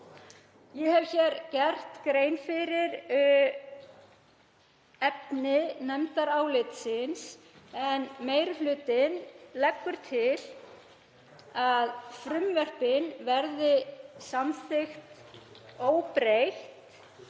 Ég hef hér gert grein fyrir efni nefndarálitsins. Meiri hlutinn leggur til að frumvörpin verði samþykkt óbreytt